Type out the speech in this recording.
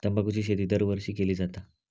तंबाखूची शेती दरवर्षी केली जाता